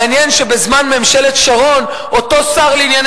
מעניין שבזמן ממשלת שרון אותו שר לענייני